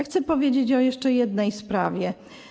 Chcę powiedzieć o jeszcze jednej sprawie.